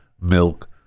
milk